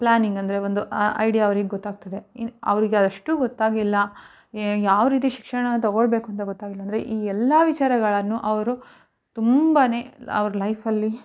planning ಅಂದರೆ ಒಂದು ಆ ಐಡಿಯಾ ಅವ್ರಿಗೆ ಗೊತ್ತಾಗ್ತದೆ ಇನ್ನು ಅವರಿಗದಷ್ಟೂ ಗೊತ್ತಾಗಿಲ್ಲ ಯಾವ ರೀತಿ ಶಿಕ್ಷಣ ತಗೊಳ್ಳಬೇಕು ಅಂತ ಗೊತ್ತಾಗಿಲ್ಲ ಅಂದರೆ ಈ ಎಲ್ಲ ವಿಚಾರಗಳನ್ನು ಅವರು ತುಂಬಾ ಅವ್ರ ಲೈಫಲ್ಲಿ